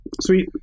Sweet